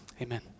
Amen